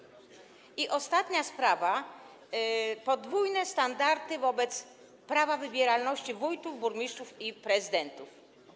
I ostatnia sprawa - podwójne standardy w kwestii prawa wybieralności wójtów, burmistrzów i prezydentów.